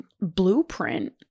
blueprint